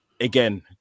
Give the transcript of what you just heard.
again